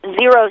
zero